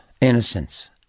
Innocence